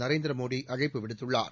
நரேந்திர மோடி அழைப்பு விடுத்துள்ளார்